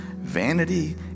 Vanity